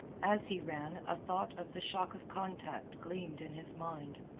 as he ran a thought of the shock of contact gleamed in his mind.